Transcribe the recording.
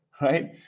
right